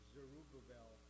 Zerubbabel